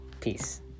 Peace